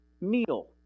meal